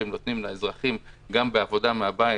שראוי להוקיר את השירות שהם נותנים לאזרחים גם בעבודה מהבית.